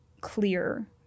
clear